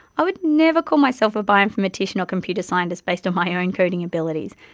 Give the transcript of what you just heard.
i would never call myself a bioinformatician or computer scientist based on my own coding abilities,